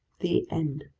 the end